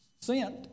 sent